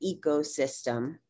ecosystem